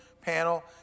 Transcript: panel